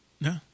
No